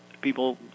People